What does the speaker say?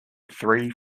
three